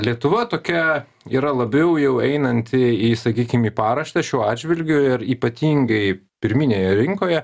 lietuva tokia yra labiau jau einanti į sakykim į paraštę šiuo atžvilgiu ir ypatingai pirminėje rinkoje